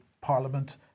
parliament